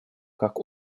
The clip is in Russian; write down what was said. как